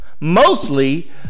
Mostly